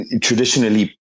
traditionally